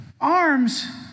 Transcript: arms